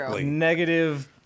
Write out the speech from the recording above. negative